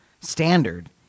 standard